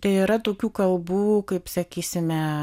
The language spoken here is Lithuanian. tai yra tokių kalbų kaip sakysime